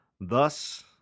Thus